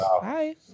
Bye